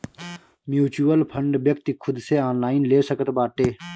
mutual fund व्यक्ति खुद से ऑनलाइन ले सकत बाटे